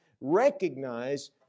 Recognize